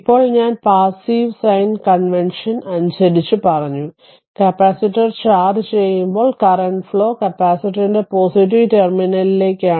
ഇപ്പോൾ ഞാൻ passive sign convention അനുസരിച്ച് പറഞ്ഞു കപ്പാസിറ്റർ ചാർജ് ചെയ്യുമ്പോൾ കറന്റ്ഫ്ലോ കപ്പാസിറ്ററിന്റെ പോസിറ്റീവ് ടെർമിനലേക്കാണ്